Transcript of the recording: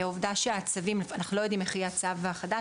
העובדה שהצווים אנחנו לא יודעים איך יהיה הצו החדש